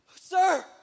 sir